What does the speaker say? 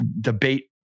debate